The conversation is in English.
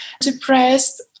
depressed